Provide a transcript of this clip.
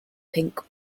pink